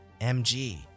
MG